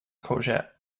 courgette